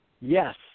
Yes